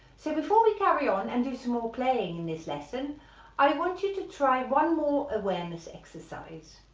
so before we carry on and do some more playing in this lesson i want you to try one more awareness exercise,